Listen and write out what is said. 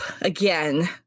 again